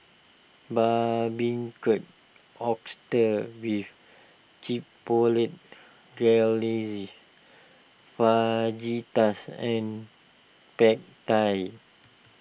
Barbecued Oysters with Chipotle Glaze Fajitas and Pad Thai